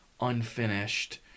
unfinished